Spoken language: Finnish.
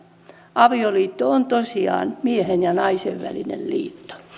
avioliitto on tosiaan miehen ja naisen välinen liitto